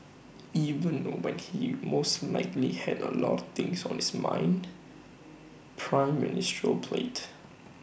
even when he most likely had A lot of things on his might ministerial plate